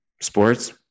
Sports